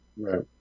Right